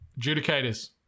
adjudicators